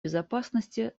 безопасности